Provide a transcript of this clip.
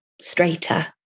straighter